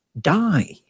die